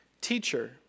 teacher